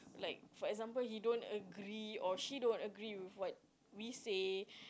like for example he don't agree or she don't agree with what we say